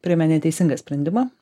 priėmė neteisingą sprendimą